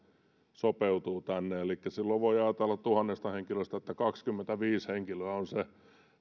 sopeutuu tänne elikkä silloin voi ajatella että tuhannesta henkilöstä kaksikymmentäviisi henkilöä on se